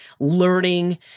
learning